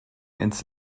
ins